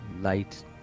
Light